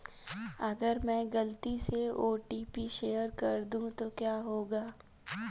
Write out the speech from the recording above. अगर मैं गलती से ओ.टी.पी शेयर कर दूं तो क्या होगा?